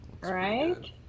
Right